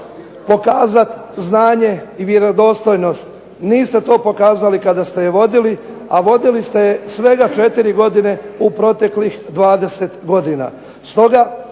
pokazati znanje i vjerodostojnost. Niste to pokazali kada ste je vodili, a vodili ste je svega 4 godine u proteklih 20 godina.